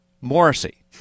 Morrissey